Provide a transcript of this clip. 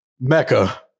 Mecca